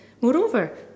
Moreover